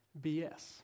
BS